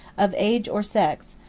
of age or sex,